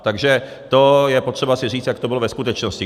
Takže to je potřeba si říct, jak to bylo ve skutečnosti.